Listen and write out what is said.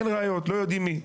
אין ראיות לא יודעים מי.